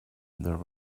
there